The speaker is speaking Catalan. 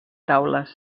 taules